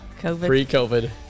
pre-COVID